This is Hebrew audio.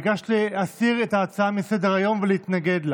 ביקשת להסיר את ההצעה מסדר-היום ולהתנגד לה.